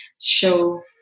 show